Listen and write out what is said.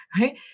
Right